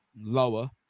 lower